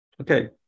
okay